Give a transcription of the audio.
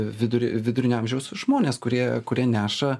vidur vidurinio amžiaus žmonės kurie kurie neša